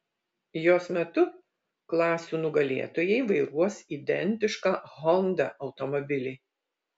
jos metu klasių nugalėtojai vairuos identišką honda automobilį